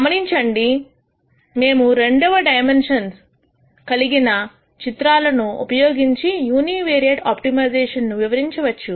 గమనించండి మేము రెండవ డైమెన్షన్స్ కలిగిన చిత్రాలను ఉపయోగించి యూనివేరియేట్ ఆప్టిమైజేషన్ ను వివరించవచ్చు